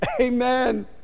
Amen